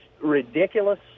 ridiculous